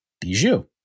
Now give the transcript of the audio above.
Bijou